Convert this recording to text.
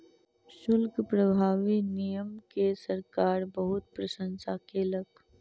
शुल्क प्रभावी नियम के सरकार बहुत प्रशंसा केलक